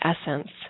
essence